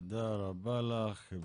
תודה רבה לך.